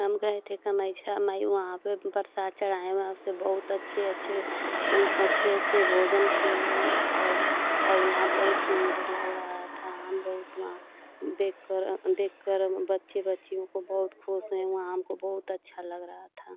हम गये थे कामाख्या माई वहाँ पर प्रसाद चढ़ायें वहाँ से बहुत अच्छे अच्छे अच्छे अच्छे भोजन किये और और वहाँ बहुत सुंदर लग रहा था हम बहुत वहाँ देखकर देखकर बच्चे बच्चियों को बहुत खुश हुए वहाँ हमको बहुत अच्छा लग रहा था